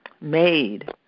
made